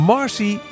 Marcy